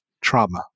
trauma